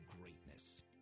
greatness